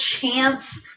chance